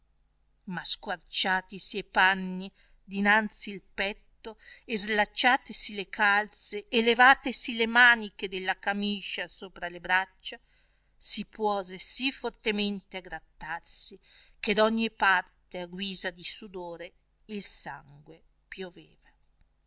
ma squarciatisi e panni dinanzi il petto e slacciatesi le calze e levatesi le maniche della camiscia sopra le braccia si puose sì fortemente a grattarsi che d ogni parte a guisa di sudore il sangue pioveva